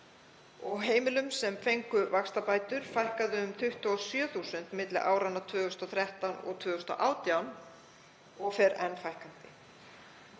Heimilum sem fengu vaxtabætur fækkaði um 27.000 milli áranna 2013 og 2018 og fer enn fækkandi.